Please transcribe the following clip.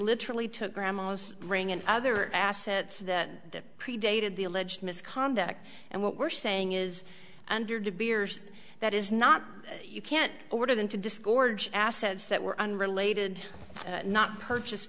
literally took grandma's ring and other assets that predated the alleged misconduct and what we're saying is under to beers that is not you can't order them to disgorge assets that were unrelated not purchased